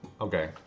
okay